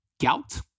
gout